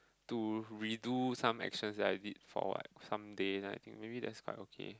to redo some actions that I did for like some days then I think maybe that's quite okay